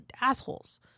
assholes